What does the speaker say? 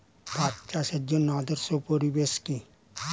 পাট চাষের জন্য আদর্শ পরিবেশ কি?